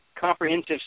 comprehensive